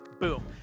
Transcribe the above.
Boom